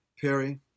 perry